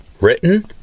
Written